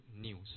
news